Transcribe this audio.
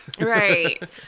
right